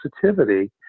sensitivity